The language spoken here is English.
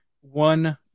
one